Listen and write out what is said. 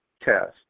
test